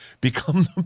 become